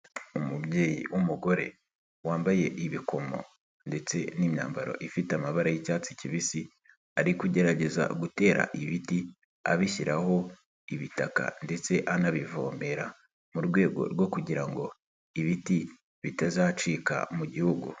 Umubyeyi w'umugore wambaye ibikomo ndetse n'imyambaro ifite amabara y'icyatsi kibisi, ari kugerageza gutera ibiti abishyiraho ibitaka ndetse anabivomera mu rwego rwo kugira ngo ibiti bitazacika mu Gihugu.